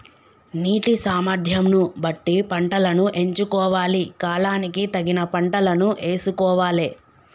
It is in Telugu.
నీటి సామర్థ్యం ను బట్టి పంటలను ఎంచుకోవాలి, కాలానికి తగిన పంటలను యేసుకోవాలె